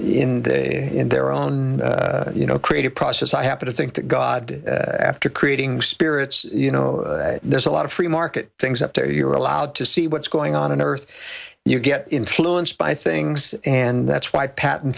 in the in their own you know creative process i happen to think that god did after creating spirits you know there's a lot of free market things up there you're allowed to see what's going on in earth and you get influenced by things and that's why pat